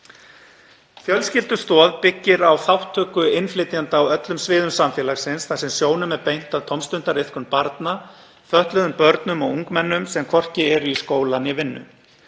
Fjölskyldustoð byggir á þátttöku innflytjenda á öllum sviðum samfélagsins þar sem sjónum er beint að tómstundariðkun barna, fötluðum börnum og ungmennum sem hvorki eru í skóla né vinnu.